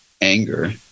anger